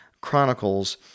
Chronicles